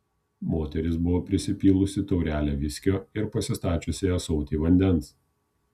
moteris buvo prisipylusi taurelę viskio ir pasistačiusi ąsotį vandens